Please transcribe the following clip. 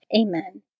Amen